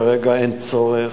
כרגע אין צורך.